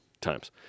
times